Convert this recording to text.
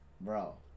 Bro